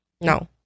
No